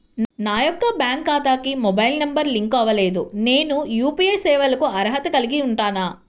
నా యొక్క బ్యాంక్ ఖాతాకి మొబైల్ నంబర్ లింక్ అవ్వలేదు నేను యూ.పీ.ఐ సేవలకు అర్హత కలిగి ఉంటానా?